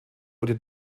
wurde